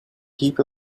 heap